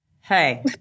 Hey